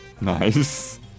Nice